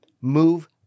move